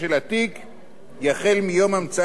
יחל מיום המצאת האזהרה לחייב,